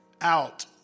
out